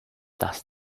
does